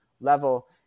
level